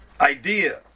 idea